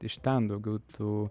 iš ten daugiau tų